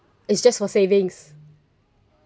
it's just for savings